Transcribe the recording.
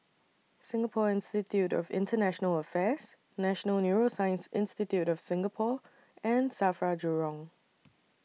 Singapore Institute of International Affairs National Neuroscience Institute of Singapore and SAFRA Jurong